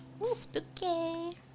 Spooky